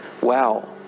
wow